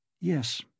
Yes